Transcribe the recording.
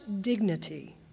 dignity